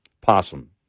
possum